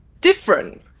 different